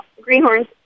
Greenhorns